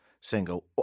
single